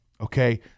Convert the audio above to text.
okay